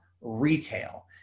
retail